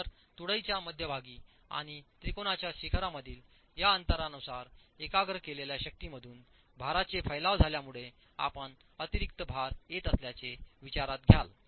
तर तुळईच्या मध्यभागी आणि त्रिकोणाच्या शिखरांमधील या अंतरानुसार एकाग्र केलेल्या शक्तीमधून भारांचे फैलाव झाल्यामुळे आपण अतिरिक्त भार येत असल्याचे विचारात घ्याल